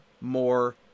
more